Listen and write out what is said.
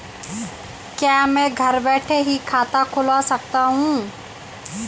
क्या मैं घर बैठे ही खाता खुलवा सकता हूँ?